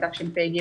בתשפ"ג,